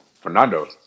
Fernando